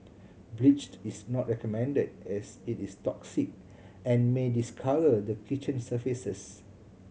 bleached is not recommended as it is toxic and may discolour the kitchen surfaces